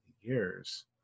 years